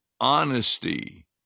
honesty